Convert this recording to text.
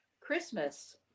Christmas